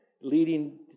leading